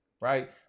right